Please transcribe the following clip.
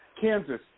Kansas